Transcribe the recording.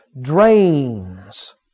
Drains